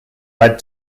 led